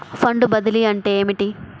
Fund బదిలీ అంటే ఏమిటి?